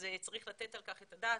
אז צריך לתת על כך את הדעת,